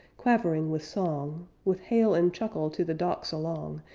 quavering with song, with hail and chuckle to the docks along,